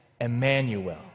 Emmanuel